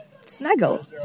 Snuggle